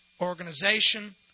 organization